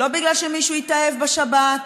לא בגלל שמישהו התאהב בשבת,